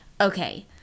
Okay